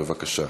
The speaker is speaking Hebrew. בבקשה.